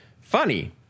Funny